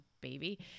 baby